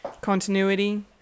continuity